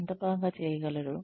ఎంత బాగా చేయగలరు